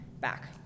back